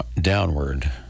downward